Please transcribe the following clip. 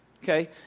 Okay